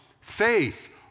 Faith